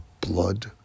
blood